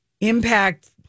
impact